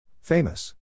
Famous